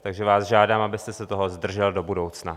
Takže vás žádám, abyste se toho zdržel do budoucna.